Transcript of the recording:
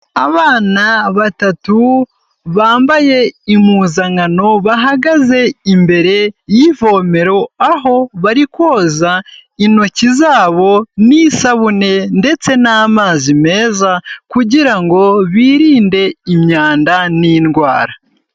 Abana batatu bambaye impuzankano bahagaze imbere y'ivomero, aho bari koza intoki zabo n'isabune ndetse n'amazi meza kugira ngo birinde imyanda n'indwara.